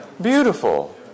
beautiful